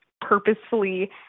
purposefully